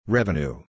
Revenue